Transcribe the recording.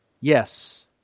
yes